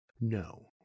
No